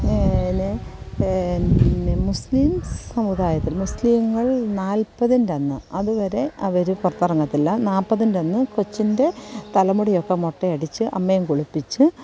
പിന്നെ മുസ്ലിം മുസ്ലിംസ് സമുദായത്തിൽ മുസ്ലീങ്ങൾ നാൽപ്പതിൻ്റെ അന്ന് അതുവരെ അവര് പുറത്തിറങ്ങത്തില്ല നാൽപ്പതിൻ്റെ അന്ന് കൊച്ചിൻ്റെ തലമുടിയൊക്കെ മൊട്ടയടിച്ച് അമ്മയെയും കുളിപ്പിച്ച്